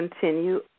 continue